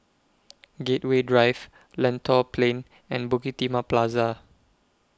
Gateway Drive Lentor Plain and Bukit Timah Plaza